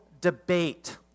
debate